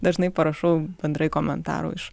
dažnai parašau bendrai komentarų iš